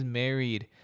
married